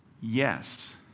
Yes